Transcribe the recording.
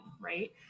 right